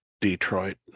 Detroit